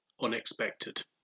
Unexpected